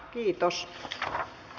kiitos päättyi